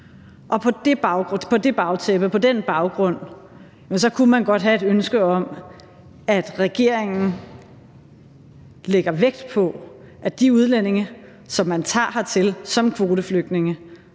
på den baggrund kunne man godt have et ønske om, at regeringen lægger vægt på, at de udlændinge, som man tager som kvoteflygtninge,